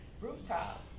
rooftop